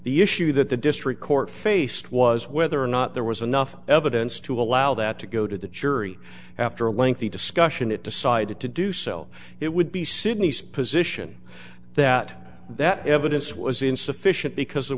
the issue that the district court faced was whether or not there was enough evidence to allow that to go to the jury after a lengthy discussion it decided to do so it would be sydney's position that that evidence was insufficient because there